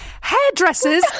Hairdressers